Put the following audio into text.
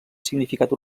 significat